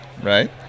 Right